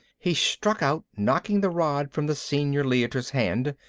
he struck out, knocking the rod from the senior leiter's hand.